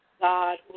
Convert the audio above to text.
God